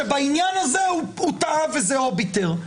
שבעניין הזה הוא טעה וזה אוביטר.